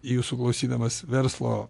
jūsų klausydamas verslo